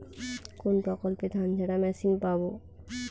কোনপ্রকল্পে ধানঝাড়া মেশিন পাব?